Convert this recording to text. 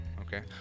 Okay